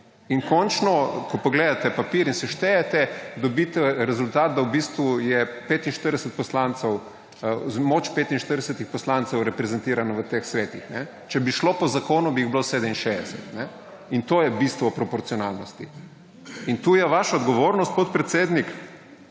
In končno, ko pogledate papir in seštejete, dobite rezultat, da v bistvu je moč 45 poslancev reprezentirano v teh svetih. Če bi šlo po zakonu, bi jih bilo 67. In to je bistvo proporcionalnosti. In tu je vaša odgovornost, podpredsednik,